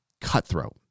cutthroat